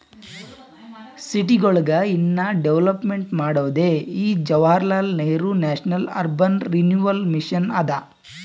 ಸಿಟಿಗೊಳಿಗ ಇನ್ನಾ ಡೆವಲಪ್ಮೆಂಟ್ ಮಾಡೋದೇ ಈ Jawaharlal Nehru national urban renewal mission ಅದಾ